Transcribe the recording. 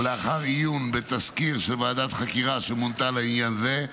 ולאחר עיון בתסקיר של ועדת חקירה שמונתה לעניין זה,